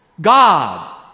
God